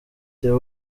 theo